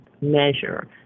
measure